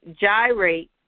gyrate